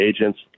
agents